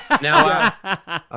now